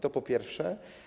To po pierwsze.